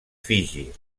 fiji